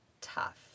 tough